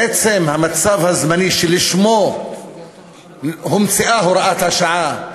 בעצם המצב הזמני, שלשמו הומצאה הוראת השעה,